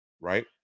right